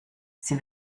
sie